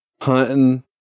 hunting